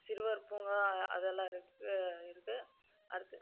சிறுவர் பூங்கா அதல்லாம் இருக்கு இருக்குது அடுத்தது